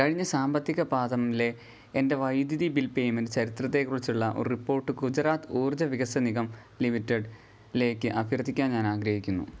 കഴിഞ്ഞ സാമ്പത്തിക പാദംലെ എൻ്റെ വൈദ്യുതി ബിൽ പേയ്മെൻ്റ് ചരിത്രത്തെക്കുറിച്ചുള്ള ഒരു റിപ്പോർട്ട് ഗുജറാത്ത് ഊർജ വികാസ് നിഗം ലിമിറ്റഡിലേക്ക് അഭ്യർത്ഥിക്കാൻ ഞാൻ ആഗ്രഹിക്കുന്നു